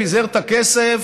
פיזר, פיזר את הכסף,